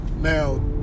Now